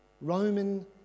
Roman